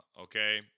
okay